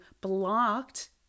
blocked